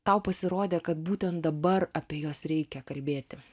tau pasirodė kad būtent dabar apie juos reikia kalbėti